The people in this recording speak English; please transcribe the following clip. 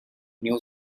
new